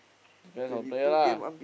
depends on player lah